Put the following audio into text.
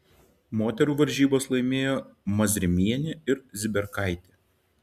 moterų varžybas laimėjo mazrimienė ir ziberkaitė